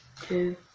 two